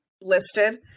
listed